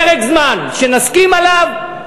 פרק זמן שנסכים עליו,